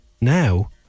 now